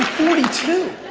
forty two.